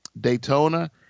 Daytona